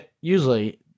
usually